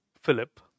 Philip